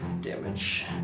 damage